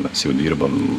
mes jau dirbam